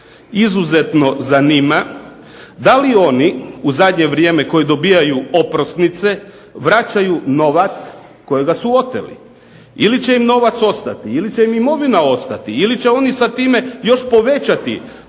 izuzetno zanima da li oni u zadnje vrijeme koji dobijaju oprosnice, vraćaju novac kojega su oteli ili će im novac ostati, ili će im imovina ostati, ili će oni sa time još povećati ta svoja